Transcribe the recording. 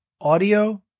audio